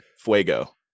fuego